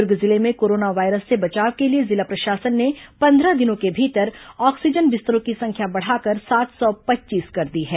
दुर्ग जिले में corona virus से बचाव के लिए जिला प्रशासन ने पंद्रह दिनों के भीतर ऑक्सीजन बिस्तरों की संख्या बढ़ाकर सात सौ पच्चीस कर दी है